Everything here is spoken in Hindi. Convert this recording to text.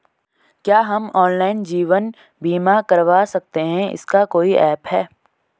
क्या हम ऑनलाइन जीवन बीमा करवा सकते हैं इसका कोई ऐप है?